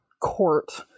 court